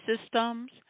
systems